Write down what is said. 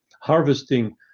harvesting